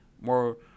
More